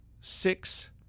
six